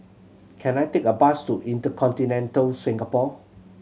can I take a bus to InterContinental Singapore